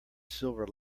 silver